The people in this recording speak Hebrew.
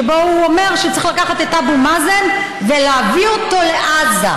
שבו הוא אומר שצריך לקחת את אבו מאזן ולהביא אותו לעזה.